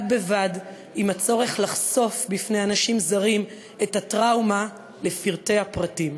בד בבד עם הצורך לחשוף בפני אנשים זרים את הטראומה לפרטי הפרטים.